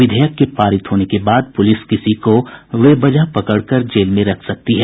विधेयक के पारित होने के बाद पुलिस किसी को बेवजह पकड़कर जेल में रख सकती है